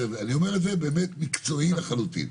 אני אומר את זה באמת מקצועי לחלוטין.